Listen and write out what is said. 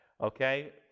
Okay